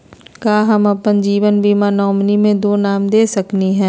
का हम अप्पन जीवन बीमा के नॉमिनी में दो नाम दे सकली हई?